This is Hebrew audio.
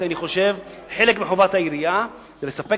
כי אני חושב שחלק מחובת העירייה זה לספק